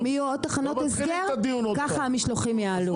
אם יהיו עוד תחנות הסגר ככה המשלוחים יעלו.